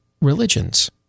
Religions